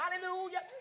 Hallelujah